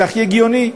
זה הכי הגיוני,